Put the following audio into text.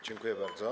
Dziękuję bardzo.